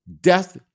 death